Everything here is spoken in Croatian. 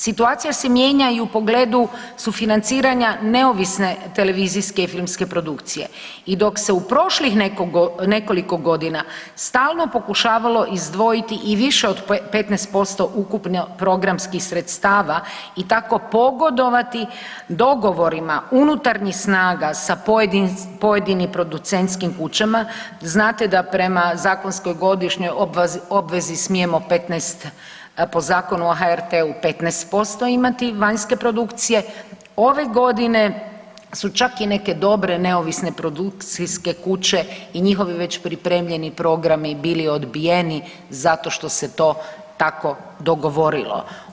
Situacija se mijenja i u pogledu sufinanciranja neovisne televizijske i filmske produkcije i dok se u prošlih nekoliko godina stalno pokušavalo izdvojiti i više od 15% ukupno programskih sredstava i tako pogodovati dogovorima unutarnjih snaga sa pojedinim producentskim kućama, znate da prema zakonskoj godišnjoj obvezi smijemo 15, po Zakonu o HRT-u 15% imati vanjske produkcije, ove godine su čak i neke dobre neovisne produkcijske kuće i njihovi već pripremljeni programi bili odbijeni zato što se to tako dogovorilo.